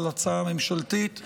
על ההצעה הממשלתית,